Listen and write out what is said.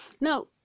Now